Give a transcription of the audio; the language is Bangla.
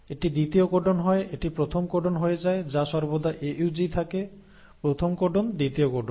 এটি দ্বিতীয় কোডন হয় এটি প্রথম কোডন হয়ে যায় যা সর্বদা AUG থাকে প্রথম কোডন দ্বিতীয় কোডন